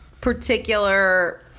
particular